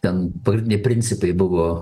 ten pagrindiniai principai buvo